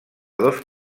dos